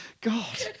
god